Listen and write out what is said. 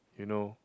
you know